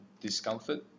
discomfort